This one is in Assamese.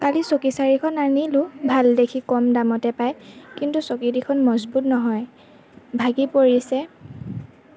কালি চকী চাৰিখন আনিলোঁ ভাল দেখি কম দামতে পায় কিন্তু চকীকেইখন মজবুত নহয় ভাগি পৰিছে